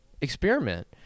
experiment